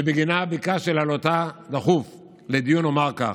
שביקשתי להעלותה לדיון דחוף אומר כך: